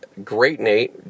greatnate